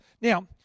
Now